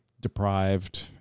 deprived